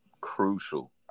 crucial